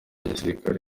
gisirikare